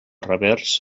revers